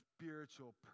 spiritual